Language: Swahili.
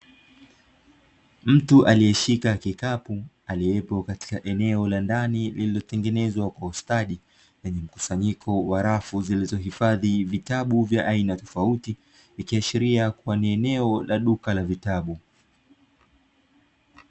Mtu aliyeshika kikapu aliyepo katika eneo la ndani, lililotengenezwa kwa ustadi. Lenye mkusanyiko wa rafu zilizohifadhi vitabu vya aina tofauti, likiashiria kuwa ni eneo la duka la vitabu.